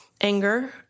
anger